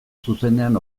zuzenean